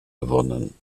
gewonnen